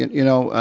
you know,